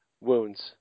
wounds